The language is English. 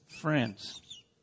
friends